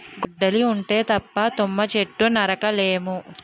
గొడ్డలి ఉంటే తప్ప తుమ్మ చెట్టు నరక లేము